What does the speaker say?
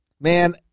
man